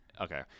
Okay